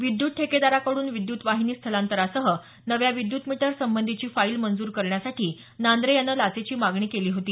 विद्यत ठेकेदाराकडून विद्युत वाहिनी स्थलांतरासह नव्या विद्युत मीटर संबंधीची फाईल मंजूर करण्यासाठी नांद्रे यानं लाचेची मागणी केली होती